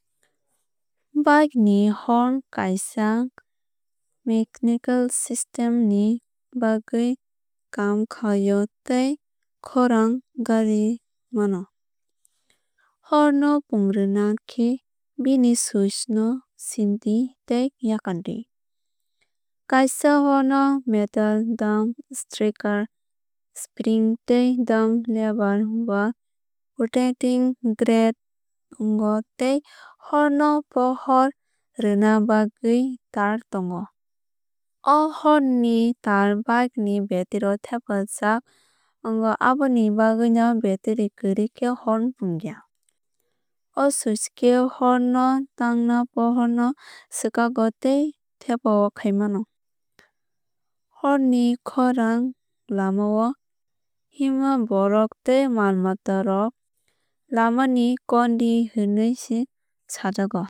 Bike ni horn kaisa mechanical system ni baghwui kaam khaio tei khorang kario mano. Horn no pungrwuna khe bini switch no sindi tei yakardi. Kaisa horn no metal dome striker spring tei thumb lever ba rotating gear tongo tei horn no pohor rwuna bagwui taar tongo. O horn ni taar bike ni battery o thepajago aboni bagwui no battery kwrwui khe horn pungya. O switch khe horn no thangma pohor no swkago tei thepao khai mano. Horn ni khorang lama o himma borok tei mal mata rok lamani kondi hinwui sajago.